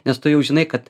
nes tu jau žinai kad